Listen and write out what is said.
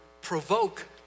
provoke